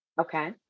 Okay